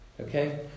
Okay